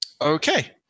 Okay